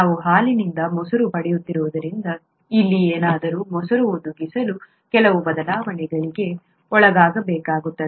ನಾವು ಹಾಲಿನಿಂದ ಮೊಸರು ಪಡೆಯುತ್ತಿರುವುದರಿಂದ ಇಲ್ಲಿ ಏನಾದರೂ ಮೊಸರು ಒದಗಿಸಲು ಕೆಲವು ಬದಲಾವಣೆಗಳಿಗೆ ಒಳಗಾಗಬೇಕು